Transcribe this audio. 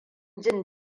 jin